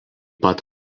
pat